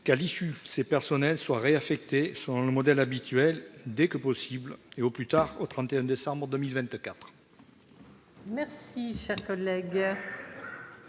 qu'à l'issue, ces personnels soient réaffectés sur le modèle habituel dès que possible et au plus tard au 31 décembre 2024.